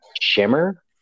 shimmer